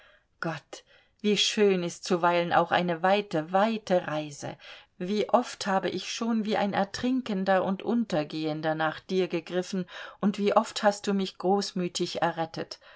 gott wie schön ist zuweilen auch eine weite weite reise wie oft habe ich schon wie ein ertrinkender und untergehender nach dir gegriffen und wie oft hast du mich großmütig errettet